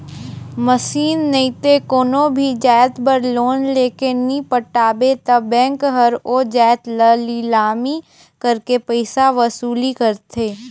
machine नइते कोनो भी जाएत बर लोन लेके नी पटाबे ता बेंक हर ओ जाएत ल लिलामी करके पइसा वसूली करथे